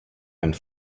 and